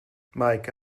meike